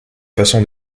façon